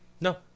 No